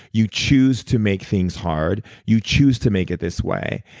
you choose to make things hard. you choose to make it this way.